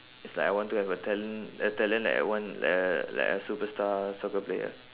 it's like I want to have a talent a talent like I want like uh like a superstar soccer player